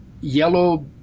yellow